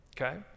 Okay